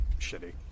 shitty